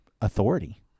authority